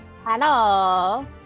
Hello